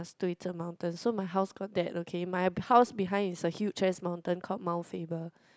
对着 mountain so my house got that okay my house behind is a huge ass mountain called Mount-Faber